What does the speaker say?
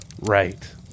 Right